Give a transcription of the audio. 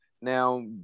now